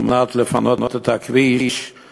כדי לפנות את הכביש,